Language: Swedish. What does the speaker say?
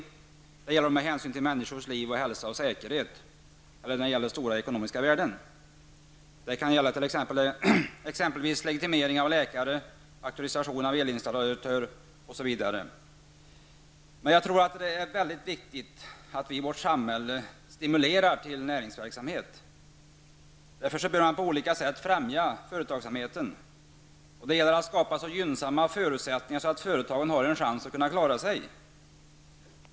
Detta gäller då hänsyn måste tas till människors liv, hälsa eller säkerhet eller då det är fråga om stora ekonomiska värden. Det kan vara fråga om legitimering av läkare, auktorisation av elinstallatör osv. Jag tror att det är mycket viktigt att vi stimulerar till näringsverksamhet i vårt samhälle. Därför bör man på olika sätt främja företagsamheten. Det gäller att skapa så gynnsamma förutsättningar att företagen har en chans att klara sig.